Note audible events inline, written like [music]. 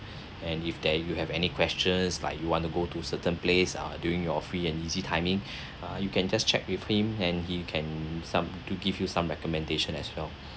and if there you have any questions like you want to go to certain place uh during your free and easy timing [breath] uh you can just check with him and he can some to give you some recommendation as well